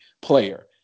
player